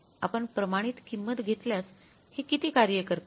आपण प्रमाणित किंमत घेतल्यास हे किती कार्य करते